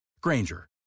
Granger